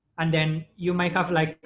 and then you might have, like